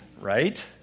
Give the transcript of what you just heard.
Right